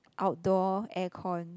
outdoor aircon